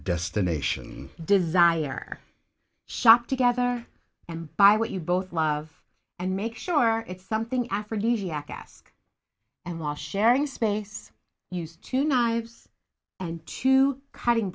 destination desire shop together and buy what you both love and make sure it's something aphrodesiac ask and while sharing space used to not use two cutting